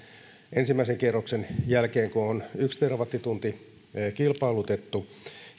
ensimmäisen kierroksen jälkeen kun on on yksi terawattitunti kilpailutettu